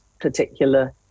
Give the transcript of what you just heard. particular